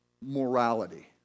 morality